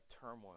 turmoil